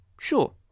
Sure